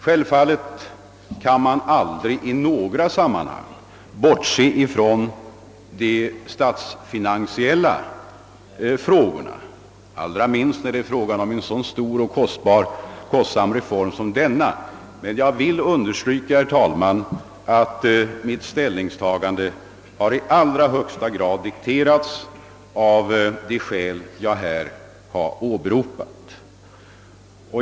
Självfallet kan man inte bortse från de statsfinansiella frågorna, allra minst när det gäller en så stor och kostsam reform som denna, men jag vill understryka, herr talman, att mitt ställningstagande i allra högsta grad har dikterats av det skäl jag här åberopat.